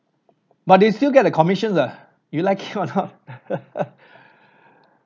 but they still get the commissions lah you like or not